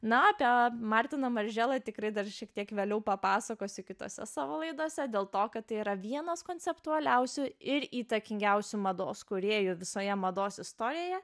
na apie martiną marželą tikrai dar šiek tiek vėliau papasakosiu kitose savo laidose dėl to kad tai yra vienas konceptualiausių ir įtakingiausių mados kūrėjų visoje mados istorijoje